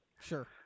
sure